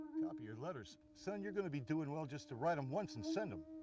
copy your letters? son, you're gonna be doin' well just to write them once and send them.